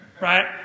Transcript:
Right